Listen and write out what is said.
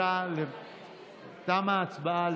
תמה ההצבעה.